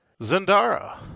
Zendara